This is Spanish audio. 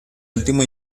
último